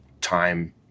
time